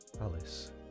Alice